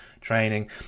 training